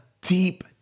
deep